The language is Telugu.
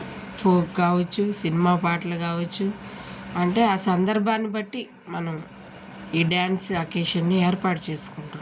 ఫోక్ కావచ్చు సినిమా పాటలు కావచ్చు అంటే ఆ సందర్భాన్ని బట్టి మనం ఈ డ్యాన్స్ అకేషన్ని ఏర్పాటు చేసుకుంటున్నాం